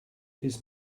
his